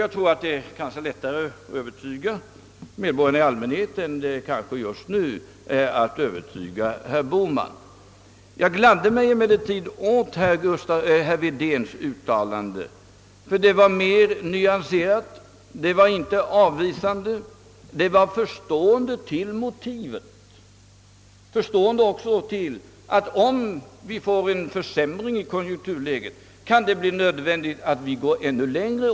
Jag tror att det är lättare att övertyga medborgarna i allmänhet om angelägenheten därav än det kanske just nu är att övertyga herr Bohman. Jag gladde mig emellertid åt herr Wedéns uttalande. Det var mer nyanserat, det var inte avvisande, utan förstående till de motiv som jag nämnt. Han ställde sig också förstående till att det, vid en försämring i konjunkturläget, kan bli nödvändigt att gå ännu längre.